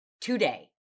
today